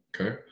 okay